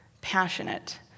passionate